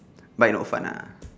bike not fun ah